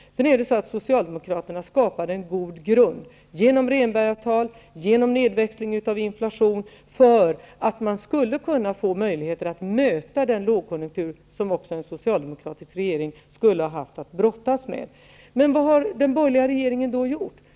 Socialdemokraterna skapade faktiskt en god grund genom Rehnbergsavtalet, genom nedväxling av inflationen, för att man skulle kunna få möjligheter att möta den lågkonjunktur som också en socialdemokratisk regering skulle ha haft att brottas med. Men vad har den borgerliga regeringen gjort?